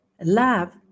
love